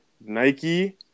Nike –